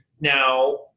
Now